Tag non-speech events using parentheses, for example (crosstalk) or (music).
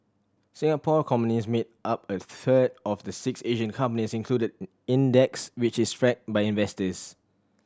Singapore companies made up a third of the six Asian companies included (unintelligible) in the index which is (unintelligible) by investors